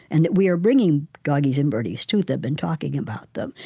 and that we are bringing doggies and birdies to them and talking about them.